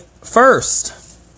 first